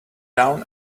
down